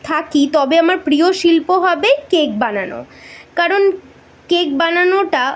থাকি তবে আমার প্রিয় শিল্প হবে কেক বানানো কারণ কেক বানানোটা